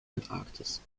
antarktis